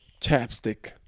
chapstick